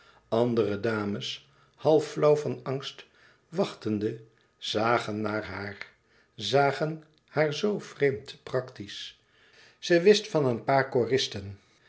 andere dames half flauw van angst wachtende zagen naar haar zagen haar zoo vreemd praktisch ze wist van een paar